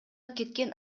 кеткен